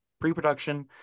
pre-production